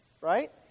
right